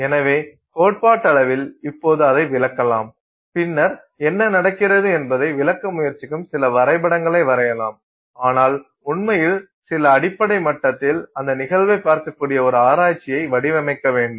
எனவே கோட்பாட்டளவில் இப்போது அதை விளக்கலாம் பின்னர் என்ன நடக்கிறது என்பதை விளக்க முயற்சிக்கும் சில வரைபடங்களை வரையலாம் ஆனால் உண்மையில் சில அடிப்படை மட்டத்தில் அந்த நிகழ்வைக் பார்க்கக்கூடிய ஒரு ஆராய்ச்சியை வடிவமைக்க வேண்டும்